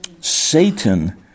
Satan